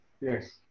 Yes